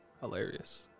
Hilarious